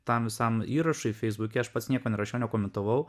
tam visam įrašui feisbuke aš pats nieko nerašiau nekomentavau